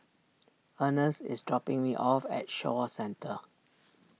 Earnest is dropping me off at Shaw Centre